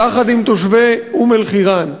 יחד עם תושבי אום-אלחיראן,